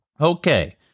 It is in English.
Okay